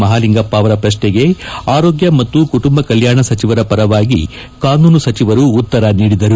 ಮಹಾಲಿಂಗಪ್ಪ ಅವರ ಪ್ರಶ್ನೆಗೆ ಆರೋಗ್ಯ ಮತ್ತು ಕುಟುಂಬ ಕಲ್ಕಾಣ ಸಚಿವರ ಪರವಾಗಿ ಕಾನೂನು ಸಚಿವರು ಉತ್ತರ ನೀಡಿದರು